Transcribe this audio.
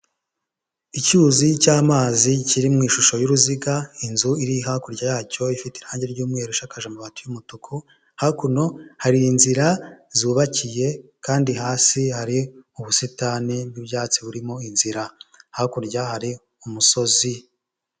Icyuzi cy'amazi kiri mu ishusho y'uruziga, inzu iri hakurya yacyo ifite irangi ry'umweru, ishakaje amabati y'umutuku, hakuno hari inzira zubakiye kandi hasi hari ubusitani bw'ibyatsi burimo inzira, hakurya hari umusozi.